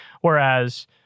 Whereas